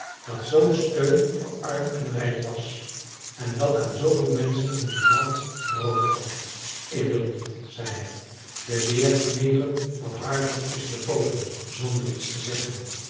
dat zoo'n steun voor arm en rijk was en dat aan zooveel menschen in dit land brood gaf ik wil niet zei hij de beer kneep hem wat harder tusschen de pooten zonder iets te zeggen